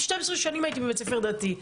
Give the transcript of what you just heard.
12 שנים הייתי בבית ספר דתי.